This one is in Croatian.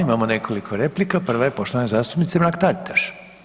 Imamo nekoliko replika, prva je poštovane zastupnice Mrak-Taritaš.